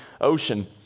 ocean